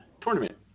tournament